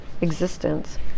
existence